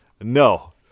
No